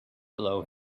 allow